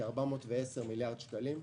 כ-410 מיליארד שקלים.